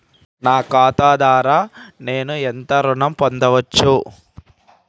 నా ఖాతా ద్వారా నేను ఎంత ఋణం పొందచ్చు?